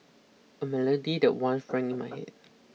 a melody that once rang in my head